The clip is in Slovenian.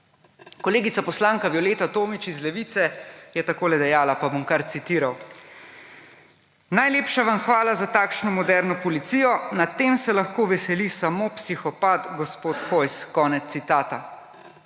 Kolegica poslanka Violeta Tomić iz Levice je takole dejala, pa bom kar citiral: »Najlepša vam hvala za takšno moderno policijo. Nad tem se lahko veseli sam psihopat, gospod Hojs.« Konec citata.